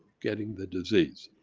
getting the disease.